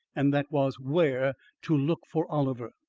and that was where to look for oliver.